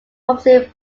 publicly